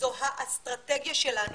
זו האסטרטגיה שלנו